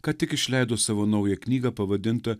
ką tik išleido savo naują knygą pavadintą